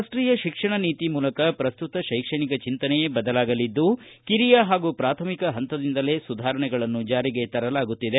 ರಾಷ್ಷೀಯ ಶಿಕ್ಷಣ ನೀತಿ ಮೂಲಕ ಪ್ರಸ್ತುತ ಶೈಕ್ಷಣಿಕ ಚಿಂತನೆಯೇ ಬದಲಾಗಲಿದ್ದು ಕಿರಿಯ ಹಾಗೂ ಪ್ರಾಥಮಿಕ ಪಂತದಿಂದಲೇ ಸುಧಾರಣೆಗಳನ್ನು ಜಾರಿಗೆ ತರಲಾಗುತ್ತಿದೆ